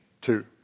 two